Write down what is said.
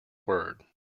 word